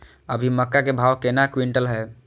अभी मक्का के भाव केना क्विंटल हय?